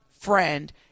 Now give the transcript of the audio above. friend